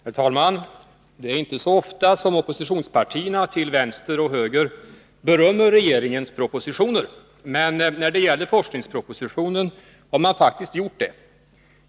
Herr talman! Det är inte så ofta som oppositionspartierna till vänster och höger berömmer regeringens propositioner. Men när det gäller forskningspropositionen har man faktiskt gjort det.